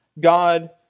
God